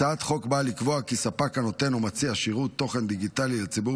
הצעת החוק באה לקבוע כי ספק הנותן ומציע שירות תוכן דיגיטלי לציבור